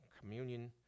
communion